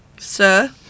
Sir